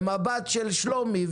אבל במבט של שלומי,